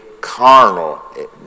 carnal